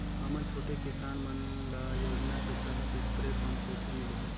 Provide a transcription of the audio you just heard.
हमन छोटे किसान मन ल योजना के तहत स्प्रे पम्प कइसे मिलही?